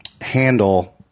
handle